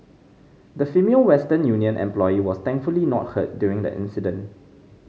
the Female Western Union employee was thankfully not hurt during the incident